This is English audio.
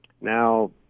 now